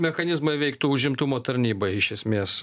mechanizmai veiktų užimtumo tarnybai iš esmės